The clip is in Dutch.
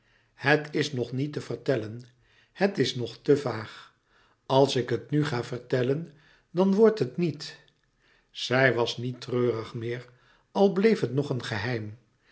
het is nog niet te vertellen het is nog te vaag als ik het nu ga vertellen dan wordt het niet louis couperus metamorfoze zij was niet treurig meer al bleef het een geheim